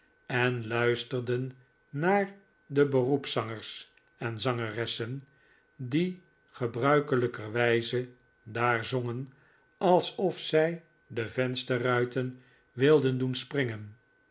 en lujsterden naar de beroepszangers en zangeressen die gebruikelijkerwijze daar zongen alsof zij de vensterruiten wilden doen springen